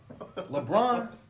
LeBron